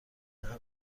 همین